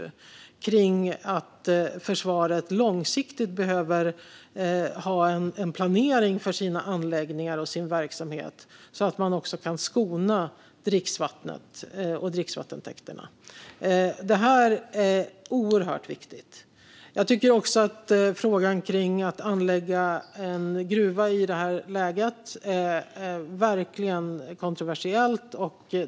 Det handlar om att försvaret långsiktigt behöver ha en planering för sina anläggningar och sin verksamhet så att man också kan skona dricksvattnet och dricksvattentäkterna. Detta är oerhört viktigt. Jag tycker verkligen att frågan om att anlägga en gruva i detta läge är kontroversiell.